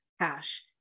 cash